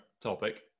topic